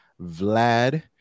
Vlad